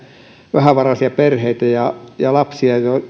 vähävaraisia perheitä ja ja lapsia